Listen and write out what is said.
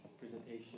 presentation